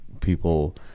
people